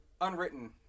unwritten